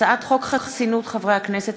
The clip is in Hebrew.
מטעם הכנסת: הצעת חוק חסינות חברי הכנסת,